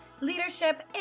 leadership